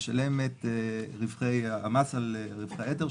לשלם את המס על רווחי היתר,